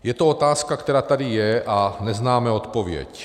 Je to otázka, která tady je, a neznáme odpověď.